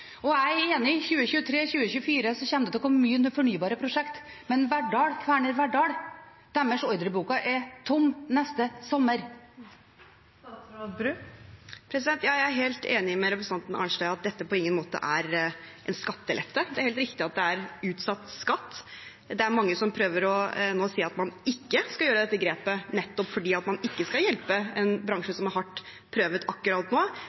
Jeg er enig, i 2023/2024 kommer det til å komme mye under fornybare prosjekt, men Kværner Verdals ordrebok er tom neste sommer. Jeg er helt enig med representanten Arnstad i at dette på ingen måte er en skattelette – det er helt riktig at det er utsatt skatt. Det er mange som prøver å si at man ikke skal gjøre dette grepet, nettopp fordi man ikke skal hjelpe en bransje som er hardt prøvet akkurat nå,